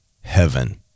heaven